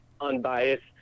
unbiased